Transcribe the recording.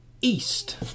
East